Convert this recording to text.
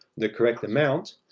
the correct amount,